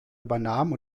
übernahmen